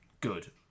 good